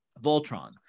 voltron